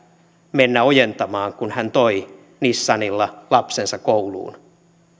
mennä ojentamaan kun hän toi nissanilla lapsensa kouluun